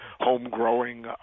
home-growing